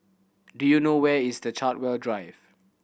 do you know where is the Chartwell Drive